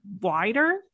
wider